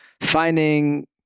finding